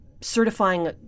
certifying